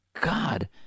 God